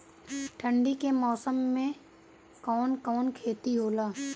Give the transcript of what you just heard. ठंडी के मौसम में कवन कवन खेती होला?